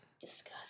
disgusting